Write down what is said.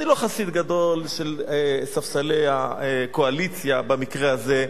אני לא חסיד גדול של ספסלי הקואליציה במקרה הזה,